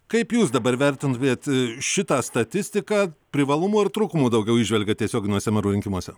kaip jūs dabar vertintumėt šitą statistiką privalumų ar trūkumų daugiau įžvelgiat tiesioginiuose merų rinkimuose